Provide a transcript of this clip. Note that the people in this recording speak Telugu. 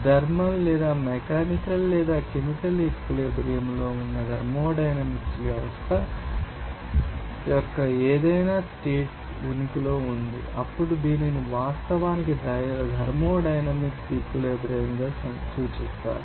థర్మల్ లేదా మెకానికల్ లేదా కెమికల్ ఈక్విలిబ్రియంలో ఉన్న థర్మోడైనమిక్స్ వ్యవస్థ యొక్క ఏదైనా స్టేట్ ఉనికిలో ఉంది అప్పుడు దీనిని వాస్తవానికి థర్మోడైనమిక్ ఈక్విలిబ్రియంగా సూచిస్తారు